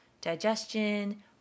digestion